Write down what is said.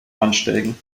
ansteigen